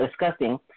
discussing